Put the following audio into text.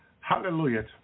Hallelujah